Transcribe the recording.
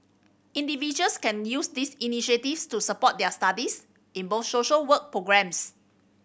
individuals can use these initiatives to support their studies in both social work programmes